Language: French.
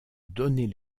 donner